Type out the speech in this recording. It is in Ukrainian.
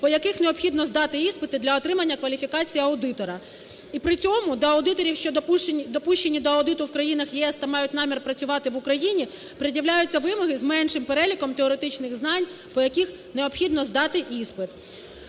по яких необхідно здати іспити для отримання кваліфікації аудитора і при цьому до аудиторів, що допущені до аудиту в країнах ЄС та мають намір працювати в Україні, пред'являються вимоги з меншим переліком теоретичних знань, по яких необхідно здати іспит.